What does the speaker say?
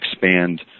expand